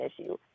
issue